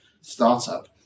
startup